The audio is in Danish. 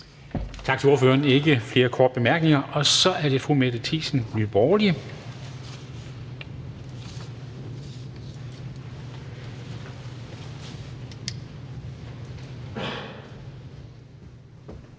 Tak til ordføreren. Der er ikke flere korte bemærkninger, og så er det fru Mette Thiesen, Nye Borgerlige.